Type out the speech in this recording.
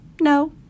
no